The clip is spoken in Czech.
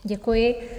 Děkuji.